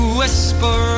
whisper